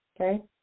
okay